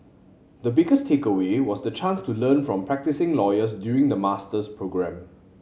the biggest takeaway was the chance to learn from practising lawyers during the master's programme